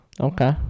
Okay